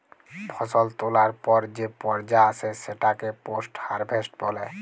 ফসল তোলার পর যে পর্যা আসে সেটাকে পোস্ট হারভেস্ট বলে